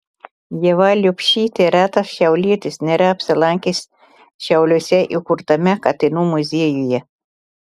ieva liubšytė retas šiaulietis nėra apsilankęs šiauliuose įkurtame katinų muziejuje